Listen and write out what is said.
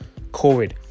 COVID